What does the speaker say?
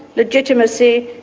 legitimacy,